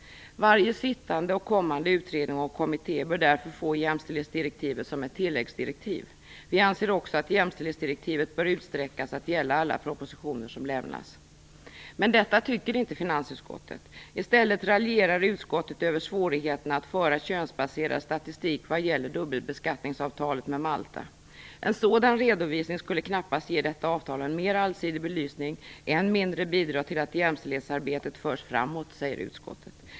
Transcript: Varje sittande och kommande utredning och kommitté bör därför få jämställdhetsdirektivet som ett tilläggsdirektiv. Vi anser också att jämställdhetsdirektivet bör utsträckas att gälla alla propositioner som lämnas. Men det tycker inte finansutskottet. I stället raljerar utskottet över svårigheterna att föra könsbaserad statistik vad gäller dubbelbeskattningsavtalet med Malta. En sådan redovisning skulle knappast ge detta avtal en mer allsidig belysning, än mindre bidra till att jämställdhetsarbetet förs framåt, säger utskottet.